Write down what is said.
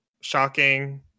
shocking